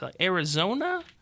Arizona